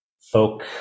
folk